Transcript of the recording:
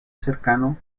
cercano